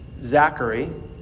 Zachary